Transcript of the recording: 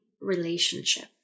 Relationship